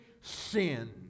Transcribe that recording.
sin